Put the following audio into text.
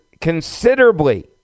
considerably